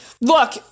look